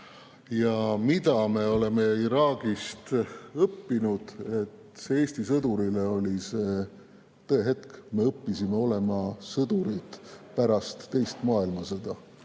Mida me oleme Iraagis õppinud? Eesti sõdurile oli see tõehetk. Me õppisime olema sõdurid pärast teist maailmasõda,